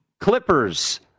Clippers